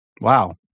wow